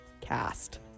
cast